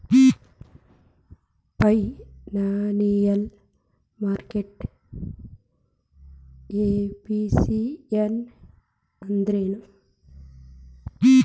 Financial market efficiency ಅಂದ್ರೇನು?